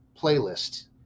playlist